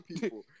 people